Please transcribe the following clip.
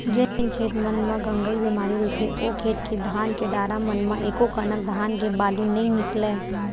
जेन खेत मन म गंगई बेमारी रहिथे ओ खेत के धान के डारा मन म एकोकनक धान के बाली नइ निकलय